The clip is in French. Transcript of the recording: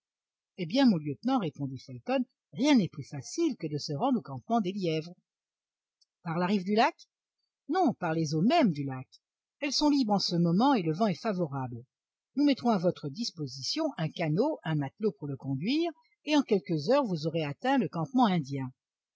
eh bien mon lieutenant répondit felton rien n'est plus facile que de se rendre au campement des lièvres par la rive du lac non par les eaux mêmes du lac elles sont libres en ce moment et le vent est favorable nous mettrons à votre disposition un canot un matelot pour le conduire et en quelques heures vous aurez atteint le campement indien